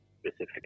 specific